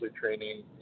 training